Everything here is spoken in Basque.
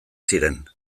ziren